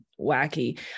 wacky